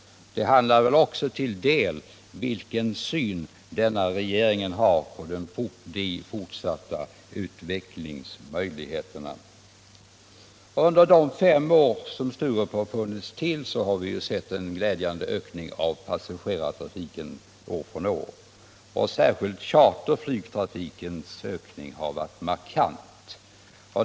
Det handlar också till en del om vilken syn regeringen har på de fortsatta utvecklingsmöjligheterna. Under de fem år som Sturup funnits till har vi år från år noterat en glädjande ökning av passagerartrafiken. Särskilt har charterflygtrafikens ökning varit markant.